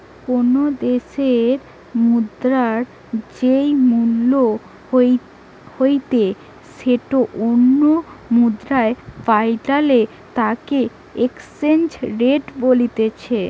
কোনো দ্যাশের মুদ্রার যেই মূল্য হইতে সেটো অন্য মুদ্রায় পাল্টালে তাকে এক্সচেঞ্জ রেট বলতিছে